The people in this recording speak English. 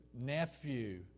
nephew